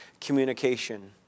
communication